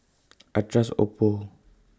I Trust Oppo